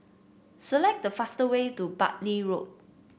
select the fastest way to Bartley Road